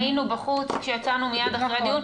היינו בחוץ, כשיצאנו מיד אחרי הדיון.